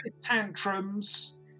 tantrums